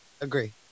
Agree